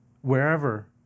wherever